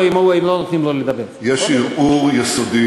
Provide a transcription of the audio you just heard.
בסדר, יוצא.